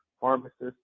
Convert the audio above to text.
pharmacists